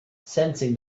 sensing